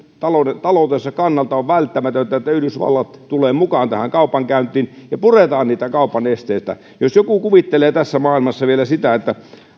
taloutensa kannalta on välttämätöntä että yhdysvallat tulee mukaan tähän kaupankäyntiin ja puretaan niitä kaupan esteitä jos joku kuvittelee tässä maailmassa vielä sitä että